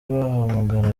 bahamagara